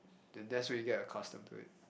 then that's when you get accustomed to it